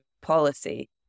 policy